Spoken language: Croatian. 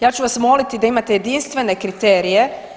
Ja ću vas moliti da imate jedinstvene kriterije.